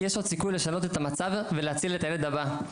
יש עוד סיכוי לשנות את המצב ולהציל את הילד הבא.